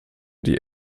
die